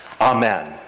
Amen